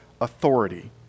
authority